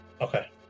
Okay